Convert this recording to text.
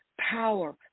power